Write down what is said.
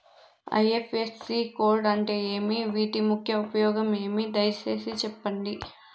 IFSC code అంటే ఏమి? వీటి ముఖ్య ఉపయోగం ఏమి? దయసేసి సెప్పండి?